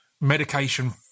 medication